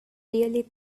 really